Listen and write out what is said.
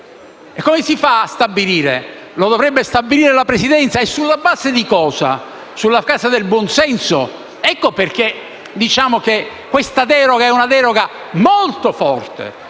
come si farebbe a stabilire? Lo dovrebbe stabilire la Presidenza, ma sulla base di cosa? Sulla base del buon senso? Ecco perché diciamo che questa deroga è molto forte;